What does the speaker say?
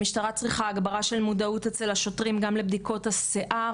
המשטרה צריכה הגברה של מודעות אצל השוטרים גם לבדיקות השיער,